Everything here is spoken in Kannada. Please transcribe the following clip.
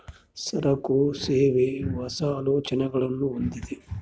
ಸರಕು, ಸೇವೆ, ಹೊಸ, ಆಲೋಚನೆಗುಳ್ನ ಹೊಂದಿದ